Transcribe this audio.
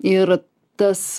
ir tas